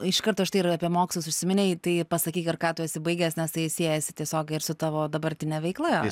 iš karto štai ir apie mokslus užsiminei tai pasakyk ir ką tu esi baigęs nes tai siejasi tiesiogiai ir su tavo dabartine veikla